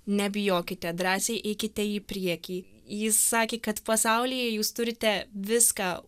nebijokite drąsiai eikite į priekį jis sakė kad pasaulyje jūs turite viską